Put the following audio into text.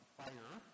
fire